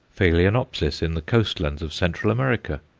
phaloenopsis in the coast lands of central america.